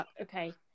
Okay